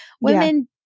women